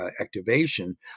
activation